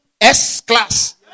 S-class